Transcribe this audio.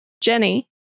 Jenny